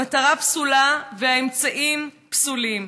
המטרה פסולה והאמצעים פסולים.